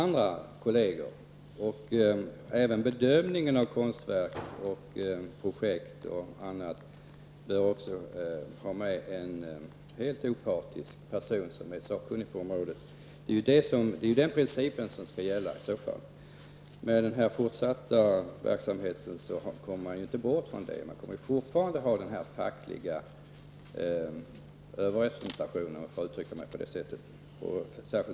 När det gäller bedömningen av konstverk, projekt och annat bör det finnas en helt opartisk person som är sakkunnig på området. Det är den principen som skall gälla. Med denna fortsatta verksamhet kommer man fortfarande att ha en facklig överrepresentation -- om jag får uttrycka mig på det sättet.